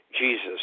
Jesus